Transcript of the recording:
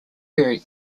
berry